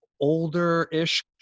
older-ish